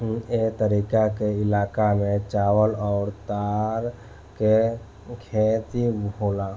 ए तरीका के इलाका में चावल अउर तार के खेती होला